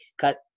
cut